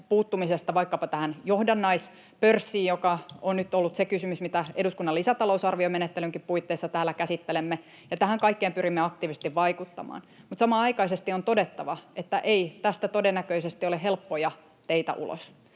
puuttumisesta vaikkapa tähän johdannaispörssiin, mikä on nyt ollut se kysymys, mitä eduskunnan lisätalousarviomenettelynkin puitteissa täällä käsittelemme. Tähän kaikkeen pyrimme aktiivisesti vaikuttamaan. Mutta samanaikaisesti on todettava, että ei tästä todennäköisesti ole helppoja teitä ulos.